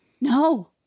No